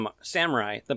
samurai